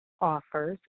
offers